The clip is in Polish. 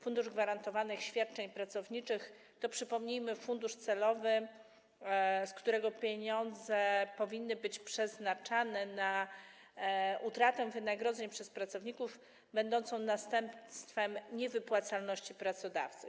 Fundusz Gwarantowanych Świadczeń Pracowniczych to, przypomnijmy, fundusz celowy, z którego pieniądze powinny być przeznaczane na utratę wynagrodzeń przez pracowników będącą następstwem niewypłacalności pracodawcy.